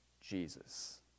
Jesus